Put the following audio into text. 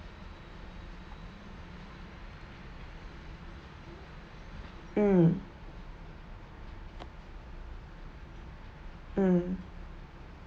mm mm